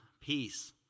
peace